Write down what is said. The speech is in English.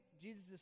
Jesus